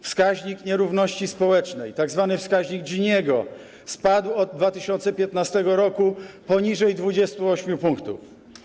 Wskaźnik nierówności społecznej, tzw. wskaźnik Giniego, spadł od 2015 r. poniżej 28 punktów.